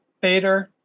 beta